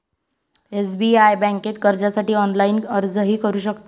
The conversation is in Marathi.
एस.बी.आय बँकेत कर्जासाठी ऑनलाइन अर्जही करू शकता